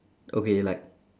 okay like